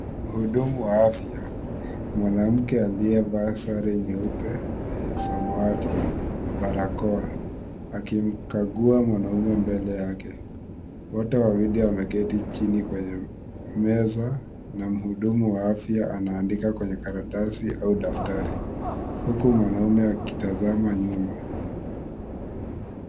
Mhudumu wa afya , mwanamke aliyevaa sare nyeupe na ya samawati na barakoa akimkagua mwanaume mbele yake. Wote wawili wameketi chini kwenye meza na mhudumu wa afya anaandikwa kwenye karatasi au daftari , huku mwanaume akitazama nyuma.